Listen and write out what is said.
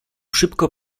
szybko